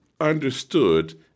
understood